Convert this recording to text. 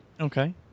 Okay